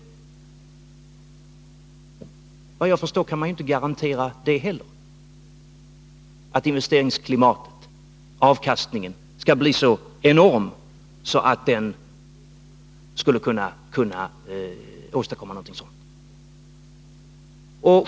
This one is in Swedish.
Såvitt jag förstår kan man inte heller garantera att avkastningen blir så enorm att den kan åstadkomma någonting sådant.